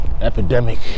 epidemic